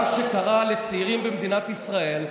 מה שקרה לצעירים במדינת ישראל,